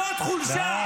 זאת חולשה.